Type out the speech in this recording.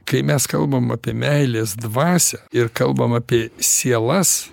kai mes kalbam apie meilės dvasią ir kalbam apie sielas